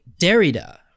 Derrida